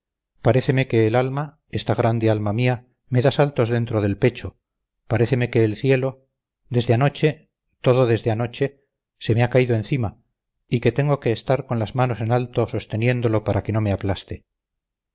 paréceme que el alma esta grande alma mía me da saltos dentro del pecho paréceme que el cielo desde anoche todo desde anoche se me ha caído encima y que tengo que estar con las manos en alto sosteniéndolo para que no me aplaste